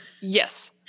Yes